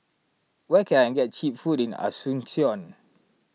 where can I get Cheap Food in Asuncion